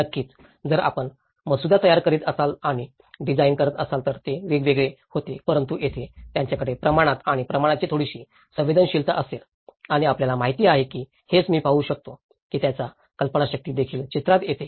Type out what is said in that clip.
नक्कीच जर आपण मसुदा तयार करीत असाल आणि डिझाइन करत असाल तर ते वेगळे होते परंतु येथे त्यांच्याकडे प्रमाणात आणि प्रमाणांची थोडीशी संवेदनशीलता असेल आणि आपल्याला माहिती आहे की हेच मी पाहू शकतो की त्यांची कल्पनाशक्ती देखील चित्रात येते